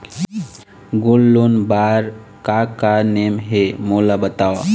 Gold loan बार का का नेम हे, मोला बताव?